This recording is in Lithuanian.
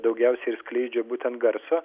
daugiausiai ir skleidžia būtent garsą